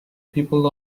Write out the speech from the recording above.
people